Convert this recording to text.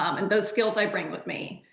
um and those skills i bring with me.